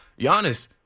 Giannis